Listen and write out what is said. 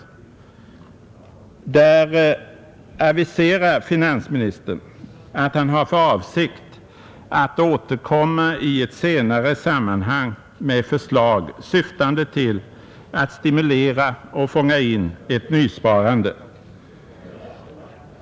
Där aviserar finansministern att han har för avsikt att återkomma i ett senare sammanhang med förslag, syftande till att stimulera och fånga in ett nysparande.